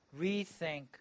Rethink